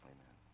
Amen